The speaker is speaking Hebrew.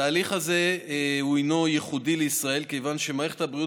התהליך הזה הינו ייחודי לישראל כיוון שמערכת הבריאות